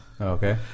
Okay